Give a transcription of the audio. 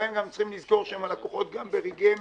אבל הם גם צריכים לזכור שהם הלקוחות גם ברגעים